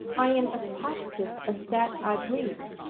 i am as positive as that i breathe.